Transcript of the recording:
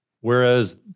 Whereas